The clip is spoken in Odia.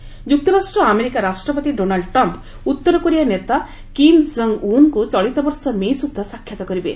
କୋରିଆ ଟ୍ରମ୍ପ ଯୁକ୍ତରାଷ୍ଟ୍ର ଆମେରିକା ରାଷ୍ଟ୍ରପତି ଡୋନାଲ୍ଡ ଟ୍ରମ୍ପ ଉତ୍ତର କୋରିଆ ନେତା କିମ୍ ଜଙ୍ଗ୍ ଉନ୍ଙ୍କୁ ଚଳିତବର୍ଷ ମେ' ସୁଦ୍ଧା ସାକ୍ଷାତ୍ କରିବେ